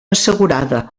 assegurada